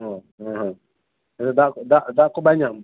ᱦᱮᱸ ᱦᱮᱸ ᱫᱟᱜ ᱫᱟᱜ ᱠᱚ ᱵᱟᱭ ᱧᱟᱢ